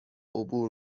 عبور